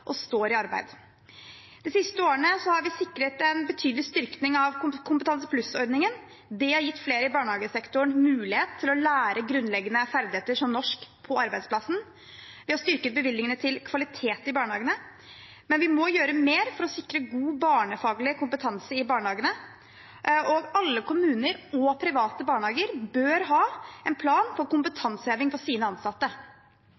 og står i arbeid. De siste årene har vi sikret en betydelig styrking av Kompetansepluss-ordningen. Det har gitt flere i barnehagesektoren mulighet til å lære grunnleggende ferdigheter som norsk på arbeidsplassen. Vi har styrket bevilgningene til kvalitet i barnehagene. Men vi må gjøre mer for å sikre god barnefaglig kompetanse i barnehagene. Alle kommuner og private barnehager bør ha en plan for